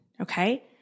Okay